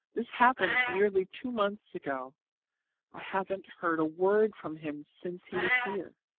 this happened nearly two months ago i haven't heard a word from him since he was here.